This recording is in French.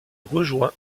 rejoint